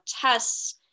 tests